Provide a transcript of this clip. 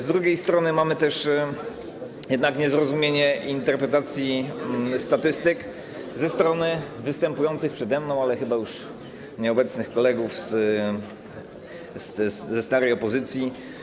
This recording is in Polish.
Z drugiej strony mamy niezrozumienie w zakresie interpretacji statystyk ze strony występujących przede mną, ale chyba już nieobecnych, kolegów ze starej opozycji.